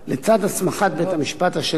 לצד הסמכת בית-משפט השלום,